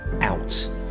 out